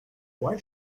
why